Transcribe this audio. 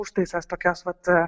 užtaisas tokios vat